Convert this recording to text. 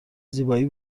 زیبایی